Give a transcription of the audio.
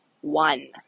one